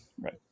right